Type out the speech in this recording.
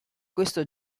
questo